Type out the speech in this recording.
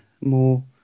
more